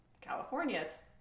California's